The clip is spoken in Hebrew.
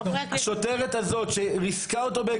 השוטרת הזאת שריסקה אותו באגרופים,